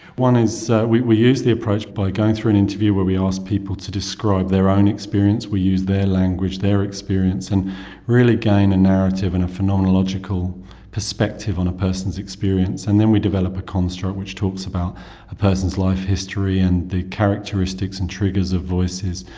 one is we we use the approach by going through an interview where we ask people to describe their own experience, we use their language, their experience, and really gain a narrative and a phenomenological perspective on a person's experience. and then we develop a construct which talks about a person's life history and the characteristics and triggers of voices,